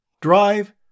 drive